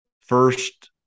first –